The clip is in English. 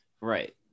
Right